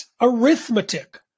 arithmetic